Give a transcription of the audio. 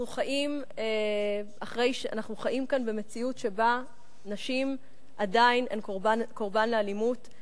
אנחנו חיים כאן במציאות שבה נשים הן עדיין קורבן לאלימות.